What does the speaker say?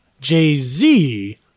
Jay-Z